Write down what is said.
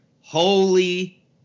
holy